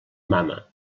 mama